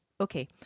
okay